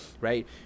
right